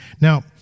Now